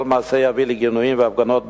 כל מעשה יביא לגינויים והפגנות בין-לאומיות,